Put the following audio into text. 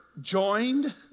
joined